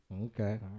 Okay